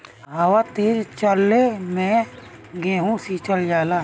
हवा तेज चलले मै गेहू सिचल जाला?